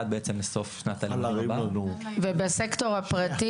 עד בעצם סוף שנת 2024 --- ובסקטור הפרטי,